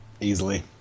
Easily